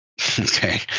Okay